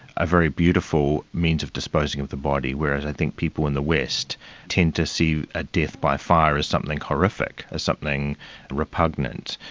a very beautiful means of disposing of the body. whereas i think people in the west tend to see as a death by fire as something horrific, as something repugnant.